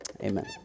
Amen